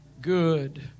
good